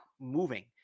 moving